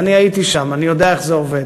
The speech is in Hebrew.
אני הייתי שם, אני יודע איך זה עובד.